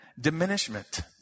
diminishment